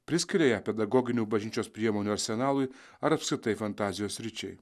priskiria ją pedagoginių bažnyčios priemonių arsenalui ar apskritai fantazijos sričiai